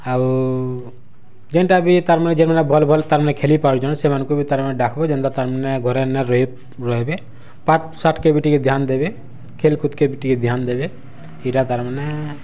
ଆଉ ଯେନ୍ତା ବି ତାର୍ ମାନେ ଯେଉଁ ମାନେ ଭଲ୍ ଭଲ୍ ତାର୍ ମାନେ ଖେଲି ପାରୁଛନ୍ ସେମାନଙ୍କୁ ବି ତାର୍ ମାନେ ଡାକବୁ ଯେନ୍ତା ତାର୍ ମାନେ ଘରେ ନ ରହି ରହିବେ ପାଠ୍ ସାଠ୍ କେ ବି ଟିକେ ଧ୍ୟାନ ଦେବେ ଖେଲ୍ କୁଦ କେ ବି ଟିକେ ଧ୍ୟାନ ଦେବେ ଇଟା ତାର୍ ମାନେ